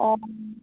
অঁ